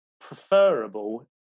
preferable